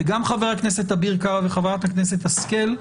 וגם חבר הכנסת אביר קארה וחברת הכנסת השכל,